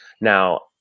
Now